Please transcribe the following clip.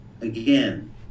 Again